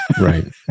right